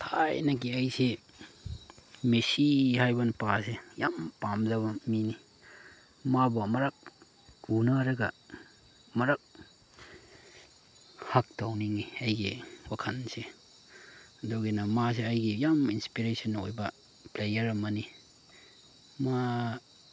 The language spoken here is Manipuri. ꯊꯥꯏꯅꯒꯤ ꯑꯩꯁꯤ ꯃꯦꯁꯤ ꯍꯥꯏꯕ ꯅꯨꯄꯥꯁꯤ ꯌꯥꯝ ꯄꯥꯝꯖꯕ ꯃꯤꯅꯤ ꯃꯥꯕꯨ ꯑꯃꯨꯔꯛ ꯎꯅꯔꯒ ꯑꯃꯨꯔꯛ ꯍꯒ ꯇꯧꯅꯤꯡꯉꯤ ꯑꯩꯒꯤ ꯋꯥꯈꯟꯁꯤ ꯑꯗꯨꯒꯤꯅ ꯃꯥꯁꯤ ꯑꯩꯒꯤ ꯌꯥꯝ ꯏꯟꯁꯄꯦꯔꯦꯁꯟ ꯑꯣꯏꯕ ꯄ꯭ꯂꯦꯌꯥꯔ ꯑꯃꯅꯤ ꯃꯥ